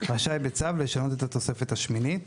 רשאי בצו לשנות את התוספת השמינית.".